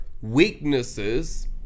weaknesses